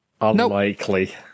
Unlikely